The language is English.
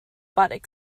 bought